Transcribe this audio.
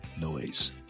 noise